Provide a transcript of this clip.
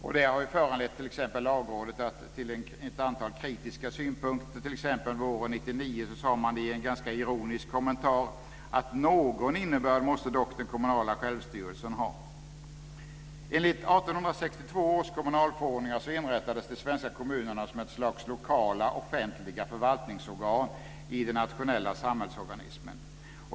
Det har föranlett Lagrådet att ge ett antal kritiska synpunkter. Våren 1999 sade man t.ex. i en ganska ironisk kommentar: Någon innebörd måste dock den kommunala självstyrelsen ha. Enligt 1862 års kommunalförordningar inrättades de svenska kommunerna som ett slags lokala offentliga förvaltningsorgan i den nationella samhällsorganismen.